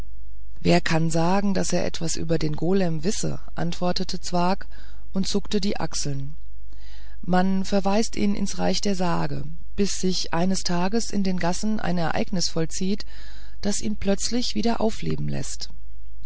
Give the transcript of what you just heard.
wer kann sagen daß er über den golem etwas wisse antwortete zwakh und zuckte die achseln man verweist ihn ins reich der sage bis sich eines tages in den gassen ein ereignis vollzieht das ihn plötzlich wieder aufleben läßt